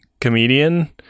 comedian